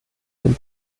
dem